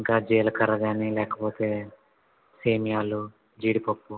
ఇంకా జీలకర్ర కాని లేకపోతే సేమ్యాలు జీడిపప్పు